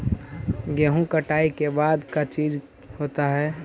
गेहूं कटाई के बाद का चीज होता है?